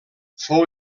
fou